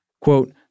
Quote